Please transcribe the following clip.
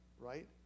right